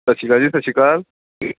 ਸਤਿ ਸ਼੍ਰੀ ਅਕਾਲ ਜੀ ਸਤਿ ਸ਼੍ਰੀ ਅਕਾਲ